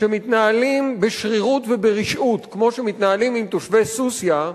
כשמתנהלים בשרירות וברשעות כמו שמתנהלים עם תושבי סוסיא,